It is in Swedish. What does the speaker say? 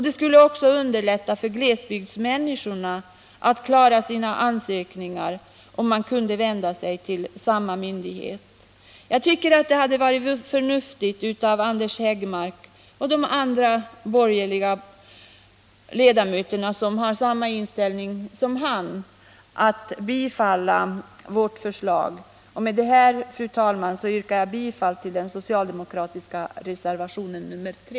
Det skulle också underlätta för glesbygdsmänniskorna att klara sina ansökningar om man kunde vända sig till samma myndighet. Jag tycker att det hade varit förnuftigt av Anders Högmark och de andra borgerliga ledamöter som har samma inställning som han att biträda vårt förslag. Med detta, fru talman, yrkar jag bifall till den socialdemokratiska reservationen nr 3.